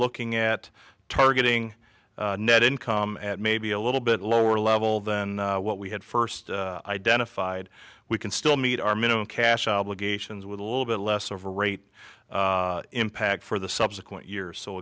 looking at targeting net income at maybe a little bit lower level than what we had first identified we can still meet our minimum cash obligations with a little bit less of a rate impact for the subsequent year so